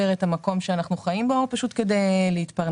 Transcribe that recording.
את המקום שאנחנו חיים בו או פשוט כדי להתפרנס.